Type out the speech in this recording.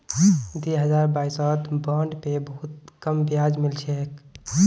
दी हजार बाईसत बॉन्ड पे बहुत कम ब्याज मिल छेक